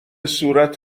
صورت